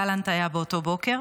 גלנט היה באותו בוקר.